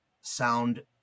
sound